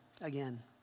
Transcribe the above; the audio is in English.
again